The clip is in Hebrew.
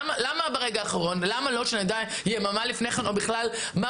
למה שלא נדע יממה לפני כן או בכלל מה